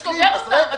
אתה סוגר אותם,